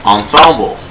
Ensemble